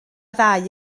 ddau